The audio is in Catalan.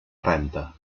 renta